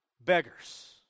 beggars